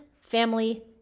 family